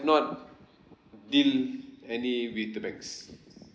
not deal any with the banks